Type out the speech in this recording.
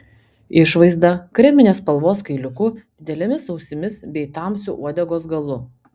išvaizda kreminės spalvos kailiuku didelėmis ausimis bei tamsiu uodegos galu